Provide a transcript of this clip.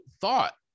thought